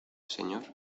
señor